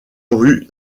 rue